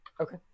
Okay